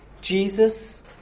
Jesus